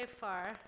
far